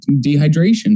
dehydration